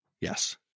Yes